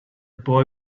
boy